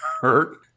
hurt